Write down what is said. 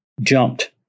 jumped